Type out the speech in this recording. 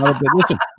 listen